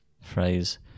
phrase